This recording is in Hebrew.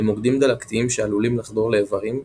למוקדים דלקתיים שעלולים לחדור לאיברים,